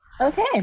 okay